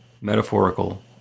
metaphorical